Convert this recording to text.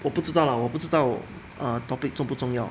我不知道 lah 我不知道 err topic 重不重要